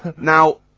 now,